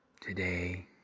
today